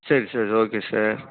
சரி sir okay sir